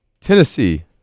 Tennessee